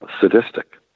sadistic